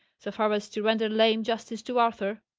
so far as to render lame justice to arthur.